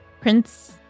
prince